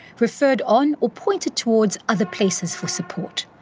referred on or pointed towards other places for support.